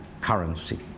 currency